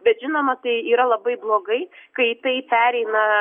bet žinoma tai yra labai blogai kai tai pereina